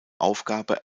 aufgabe